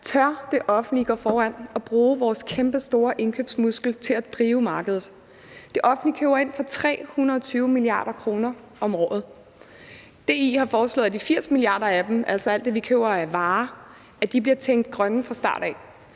Tør det offentlige gå foran og bruge vores kæmpestore indkøbsmuskel til at drive markedet? Det offentlige køber ind for 320 mia. kr. om året. DI har foreslået, at de 80 mia. kr. af dem, altså alt det, vi køber af varer, bliver tænkt grønne fra starten af.